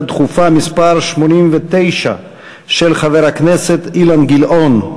דחופה מס' 89 של חבר הכנסת אילן גילאון.